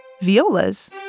violas